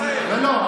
כאן 11. לא.